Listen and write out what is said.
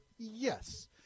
Yes